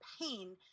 pain